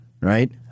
right